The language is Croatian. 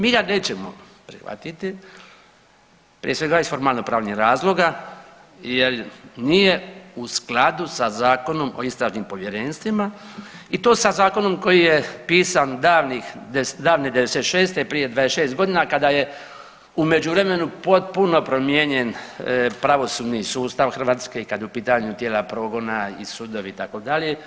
Mi ga nećemo prihvatiti prije svega iz formalno-pravnih razloga, jer nije u skladu sa Zakonom o istražnim povjerenstvima i to sa zakonom koji je pisan davne '96. prije 26 godina kada je u međuvremenu potpuno promijenjen pravosudni sustav Hrvatske i kada je u pitanju tijela progona i sudovi itd.